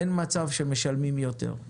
אין מצב שמשלמים יותר.